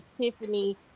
Tiffany